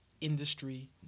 industry